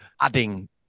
adding